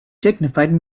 dignified